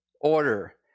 order